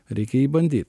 reikia jį bandyt